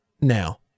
now